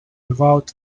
without